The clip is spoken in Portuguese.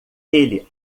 ele